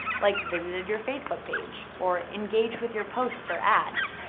like visited your facebook page or engaged with your posts or ads,